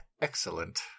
excellent